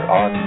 on